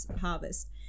harvest